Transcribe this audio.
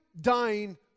dying